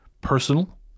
personal